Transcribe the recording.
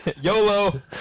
YOLO